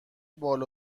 بال